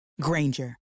Granger